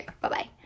Bye-bye